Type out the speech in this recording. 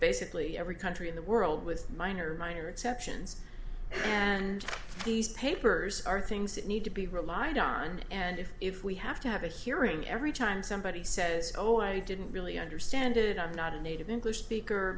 basically every country in the world with minor minor exceptions and these papers are things that need to be relied on and if we have to have a hearing every time somebody says oh i didn't really understand it i'm not a native english speaker